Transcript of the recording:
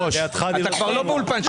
לידך אני --- אתה כבר לא באולפן שישי.